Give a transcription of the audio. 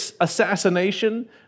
assassination